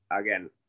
again